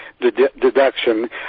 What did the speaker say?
deduction